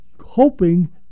hoping